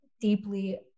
deeply